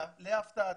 להפתעתי,